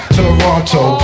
Toronto